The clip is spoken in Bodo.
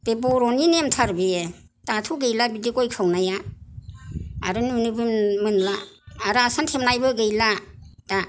बे बर'नि नेमथार बेयो दाथ' गैला बिदि गय खावनाया आरो नुनोबो मोनला आरो आसान थेबनायबो गैला दा